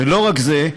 ולא רק זה,